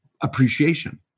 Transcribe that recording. appreciation